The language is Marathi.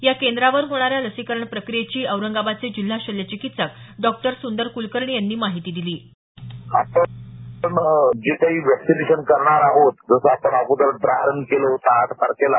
या केंद्रावर होणाऱ्या लसीकरण प्रक्रियेची औरंगाबादचे जिल्हा शल्य चिकित्सक डॉ सुंदर कुलकर्णी यांनी माहिती दिली आपण जे काही व्हॅक्सीनेशन करणार आहोत जसं आपण अगोदर ड्राय रन केला आठ तारखेला